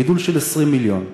גידול של 20 מיליון.